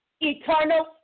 Eternal